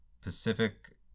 Pacific